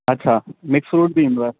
अच्छा mix fruit बि ईंदो आहे